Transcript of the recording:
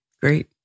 great